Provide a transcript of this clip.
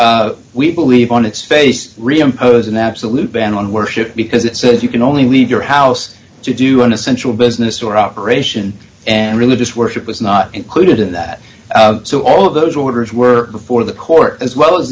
which we believe on its face reimpose an absolute ban on worship because it says you can only leave your house to do an essential business or operation and religious worship was not included in that so all of those orders were before the court as well as